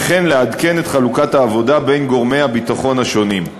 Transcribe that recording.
וכן לעדכן את חלוקת העבודה בין גורמי הביטחון השונים.